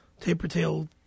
taper-tailed